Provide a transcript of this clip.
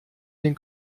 den